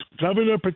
Governor